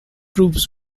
proves